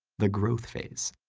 the growth phase,